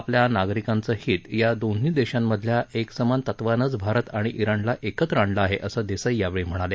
आपल्या नागरिकांचं हित या दोन्ही देशांमधल्या एकसमान तत्वानंच भारत आणि इराणला एकत्र आणलं आहे असं देसाई यावेळी म्हणाले